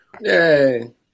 Yay